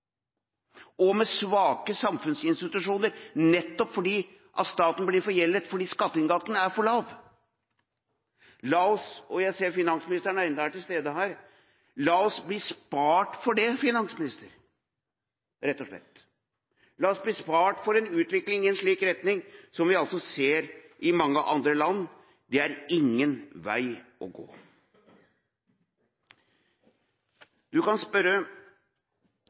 forskjeller og svake samfunnsinstitusjoner, nettopp fordi staten blir forgjeldet, fordi skatteinntektene er for lave. Jeg ser at finansministeren ennå er til stede her: La oss bli spart for det, finansminister. La oss bli spart for en utvikling i en slik retning som vi ser i mange andre land. Det er ingen vei å gå. Man kan spørre